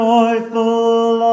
Joyful